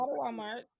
Walmart